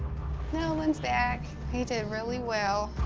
nollan's back. he did really well.